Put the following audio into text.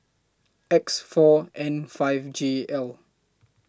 X four N five J L